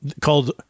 called